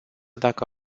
dacă